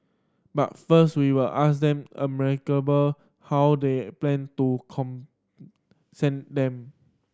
but first we will ask them how they plan to concern them